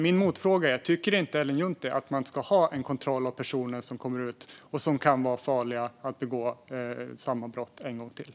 Min motfråga är: Tycker inte Ellen Juntti att man ska ha en kontroll av personer som kommer ut och som kan vara farliga och begå samma brott en gång till?